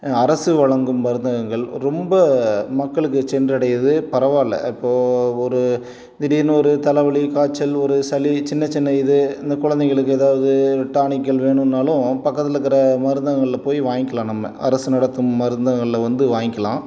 அரசு வழங்கும் மருந்தகங்கள் ரொம்ப மக்களுக்கு சென்றடையிது பரவாயில்ல இப்போது ஒரு திடீர்னு ஒரு தலைவலி காய்ச்சல் ஒரு சளி சின்ன சின்ன இது இந்த குழந்தைங்களுக்கு ஏதாவது டானிக்கள் வேணும்ன்னாலும் பக்கத்தில் இருக்கிற மருந்தகங்கள்ல போய் வாய்ங்கிகலாம் நம்ம அரசு நடத்தும் மருந்தகங்கள்ல வந்து வாய்ங்கிகலாம்